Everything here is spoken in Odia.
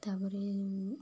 ତାପରେ